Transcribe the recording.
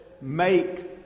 Make